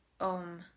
om